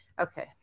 okay